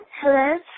Hello